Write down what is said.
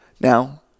Now